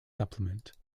supplement